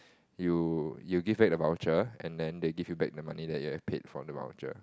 you you give back the voucher and then they give you back the money that you have paid from the voucher